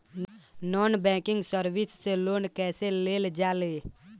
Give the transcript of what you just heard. Non banking service से loan कैसे लेल जा ले?